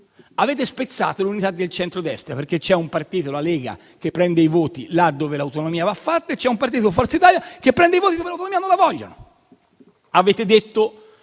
avete spezzato è l'unità del centrodestra, perché c'è un partito, la Lega, che prende i voti là dove l'autonomia va fatta, e c'è un partito, Forza Italia, che prende i voti dove l'autonomia non la vogliono. Avete parlato